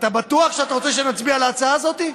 אתה בטוח שאתה רוצה שנצביע על ההצעה הזאת?